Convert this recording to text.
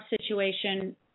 situation